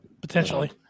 potentially